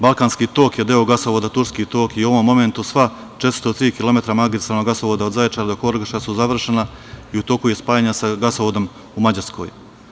Balkanski tok je deo gasovoda Turski tok i u ovom momentu sva 403 kilometra magistralnog gasovoda od Zaječara do Horgoša su završena i u toku je spajanje sa gasovodom u Mađarskom.